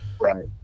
right